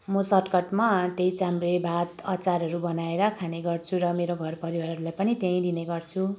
म सर्टकटमा त्यही चाम्रे भात अचारहरू बनाएर खाने गर्छु र मेरो घर परिवारलाई पनि त्यही दिने गर्छु